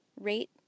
rate